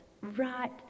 right